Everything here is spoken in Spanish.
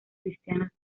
cristianos